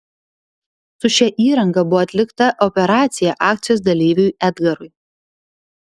su šia įranga buvo atlikta operacija akcijos dalyviui edgarui